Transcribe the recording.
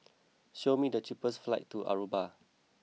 show me the cheapest flights to Aruba